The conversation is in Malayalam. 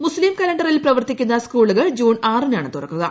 മുസ്തീം കലണ്ടറിൽ പ്രവർത്തിക്കുന്ന സ്കൂളുകൾ ജൂൺ ആറിനാണ് തുറക്കുക